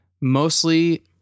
mostly